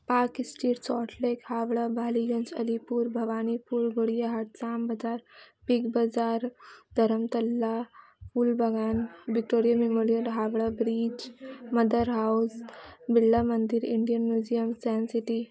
park Street Salt Lake Howrah Ballygunge Alipore Bhowanipore Gariahat جام بازار Big Bazaar Dharmatala پول بھگان Victoria Memorial Howrah bridge Mother House Birla Mandir Indian Museum Science city